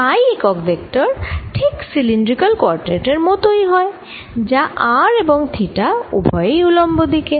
phi একক vector ঠিক cylindrical coordinate এর মতই হয় যা r এবং থিটা উভয়েরই উলম্ব দিকে